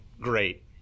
great